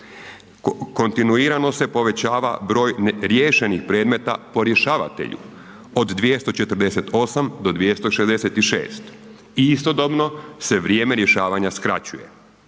kontinuirano se povećava broj riješenih predmeta po rješavatelju od 248 do 266 i istodobno se vrijeme rješavanja skraćuje.